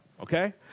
okay